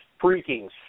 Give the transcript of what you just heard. freaking